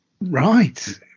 Right